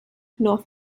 north